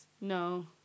No